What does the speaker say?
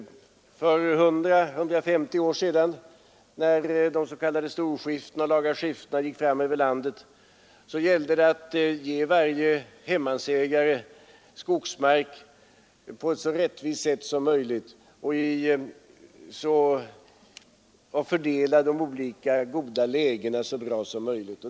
För 100—150 år sedan när de s.k. storskiftena och laga skiftena gick fram över landet gällde det att ge varje hemmansägare skogsmark på ett rättvist sätt som möjligt och fördela de goda lägena så bra som möjligt.